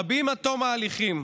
רבים עד תום ההליכים,